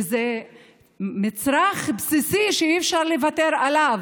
וזה מצרך בסיסי שאי-אפשר לוותר עליו,